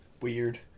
Weird